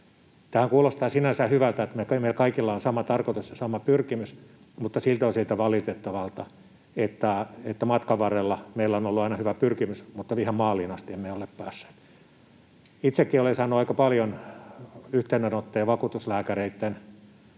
Tämähän kuulostaa sinänsä hyvältä, että meillä kaikilla on sama tarkoitus ja sama pyrkimys mutta siltä osin valitettavalta, että vaikka matkan varrella meillä on ollut aina hyvä pyrkimys, niin ihan maaliin asti emme ole päässeet. Itsekin olen saanut aika paljon yhteydenottoja vakuutuslääkäreitten